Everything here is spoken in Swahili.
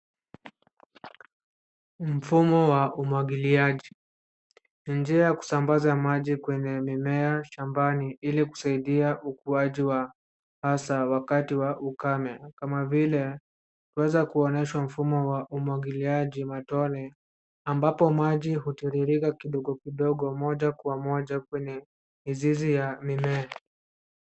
Mfumo wa umwagiliaji ni njia ya kusambaza maji kwenye mimea shambani ili kusaidia ukuaji wa hasa wakati wa ukame kama vile kuweza kuonyesha mfumo wa umwagiliaji matone ambapo maji hutiririka kidogo kidogo moja kwa moja kwenye mizizi ya mimea.